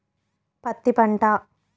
పత్తి పంట